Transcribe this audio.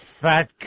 fat